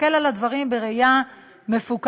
להסתכל על הדברים בראייה מפוקחת.